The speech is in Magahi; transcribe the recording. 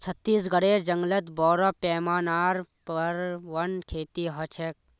छत्तीसगढेर जंगलत बोरो पैमानार पर वन खेती ह छेक